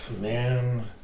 man